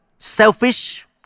selfish